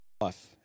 life